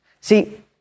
See